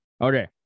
Okay